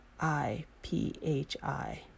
I-P-H-I